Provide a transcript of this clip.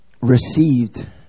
received